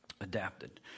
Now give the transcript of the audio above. Adapted